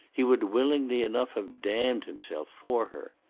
he would willingly enough have damned himself for her.